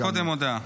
אז קודם ההודעה.